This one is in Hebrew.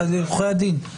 יש מישהו שלא